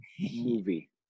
movie